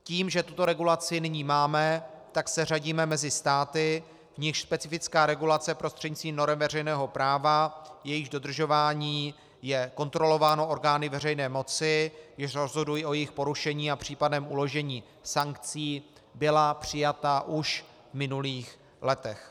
Tím, že tuto regulaci nyní máme, se řadíme mezi státy, v nichž specifická regulace prostřednictvím norem veřejného práva, jejichž dodržování je kontrolováno orgány veřejné moci, jež rozhodují o jejich porušení a případném uložení sankcí, byla přijata už v minulých letech.